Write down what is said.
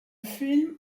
film